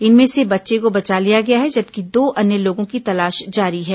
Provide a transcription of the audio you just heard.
इनमें से बच्चे को बचा लिया गया है जबकि दो अन्य लोगों की तलाश जारी है